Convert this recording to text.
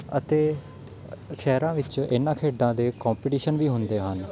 ਅਤੇ ਸ਼ਹਿਰਾਂ ਵਿੱਚ ਇਹਨਾਂ ਖੇਡਾਂ ਦੇ ਕੋਂਪਟੀਸ਼ਨ ਵੀ ਹੁੰਦੇ ਹਨ